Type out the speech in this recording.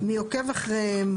מי עוקב אחריהן?